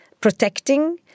protecting